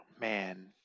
man